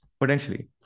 potentially